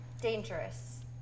dangerous